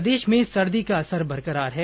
प्रदेश में सर्दी का असर बरकरार है